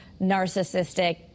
narcissistic